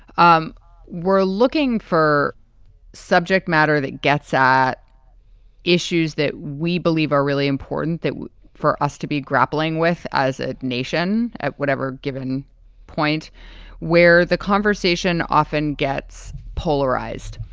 um we're looking for subject matter that gets at issues that we believe are really important that for us to be grappling with as a nation at whatever given point where the conversation often gets polarized,